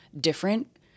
different